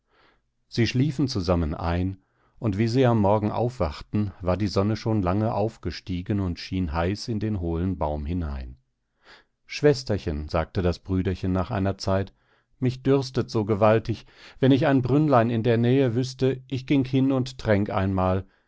sie schliefen zusammen ein und wie sie am morgen aufwachten war die sonne schon lange aufgestiegen und schien heiß in den hohlen baum hinein schwesterchen sagte das brüderchen nach einer zeit mich dürstet so gewaltig wenn ich ein brünnlein in der nähe wüßte ich ging hin und tränk einmal